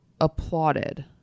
applauded